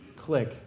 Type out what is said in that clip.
click